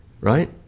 right